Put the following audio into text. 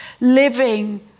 living